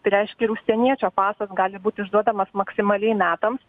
tai reiškia ir užsieniečio pasas gali būti išduodamas maksimaliai metams